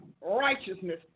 righteousness